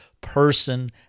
person